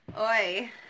Oi